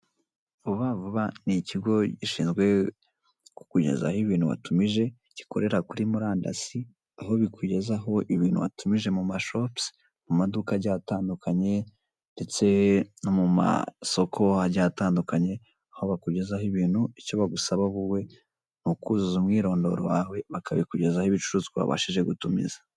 Vuba vuba n'ikigo gishinzwe kukugezaho ibintu watumije gikorera kuri murandasi, aho bikugezaho ibintu watumije mu ma shopusi, mu maduka agiye atandukanye ndetse no mu masoko agiye atandukanye, aho bakugezaho ibintu, icyo bagusaba wowe n'ukuzuza imyirondoro yawe bakabikugezaho ibicuruzwa wabashije gutumiza.